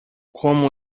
como